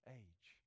age